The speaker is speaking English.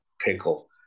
pickle